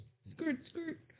Skirt-skirt